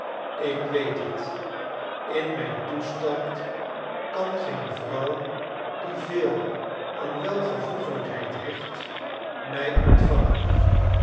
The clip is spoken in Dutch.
ik weet het in mijn toestand kan geen vrouw die veel aan welvoegelijkheid hecht mij ontvangen